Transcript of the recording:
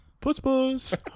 puss-puss